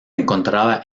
encontraba